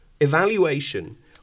evaluation